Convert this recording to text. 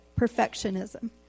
perfectionism